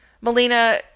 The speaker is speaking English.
Melina